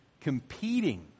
competing